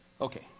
Okay